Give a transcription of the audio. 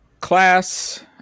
class